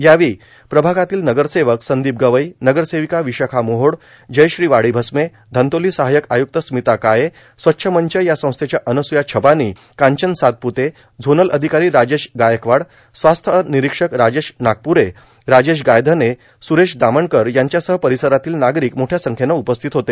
यावेळी प्रभागातील नगरसेवक संदोप गवई नगरसेोवका र्विशाखा मोहोड जयश्री वाडीभस्मे धंतोला सहायक आयुक्त स्मिता काळे स्वच्छ मंच या संस्थेच्या अनसूया छबानी कांचन सातपूते झोनल अधिकारो राजेश गायकवाड स्वास्थ र्नारक्षक राजेश नागपूरे राजेश गायधने सुरेश दामनकर यांच्यासह र्पारसरातील नार्गारक मोठ्या संख्येन उपस्थित होते